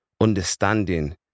Understanding